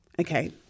Okay